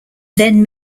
then